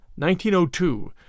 1902